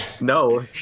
No